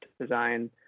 design